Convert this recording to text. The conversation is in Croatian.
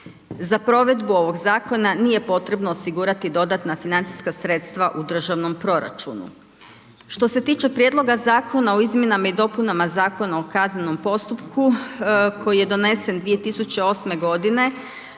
Za provedbu ovog zakona nije potrebno osigurati dodatna financijska sredstva u državnom proračunu. Što se tiče Prijedloga zakona o Izmjenama i dopunama Zakona o kaznenom postupku koji je donesen 2008. godine